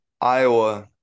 Iowa